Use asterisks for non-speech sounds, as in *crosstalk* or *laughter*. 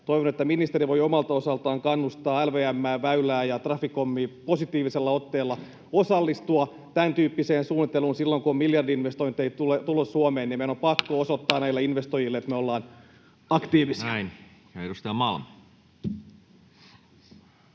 toivon, että ministeri voi omalta osaltaan kannustaa LVM:ää, Väylää ja Traficomia positiivisella otteella osallistumaan tämäntyyppiseen suunnitteluun. Silloin kun on miljardi-investointeja tulossa Suomeen, niin meidän on *noise* pakko osoittaa näille investoijille, että me ollaan aktiivisia. [Speech 412]